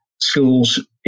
schools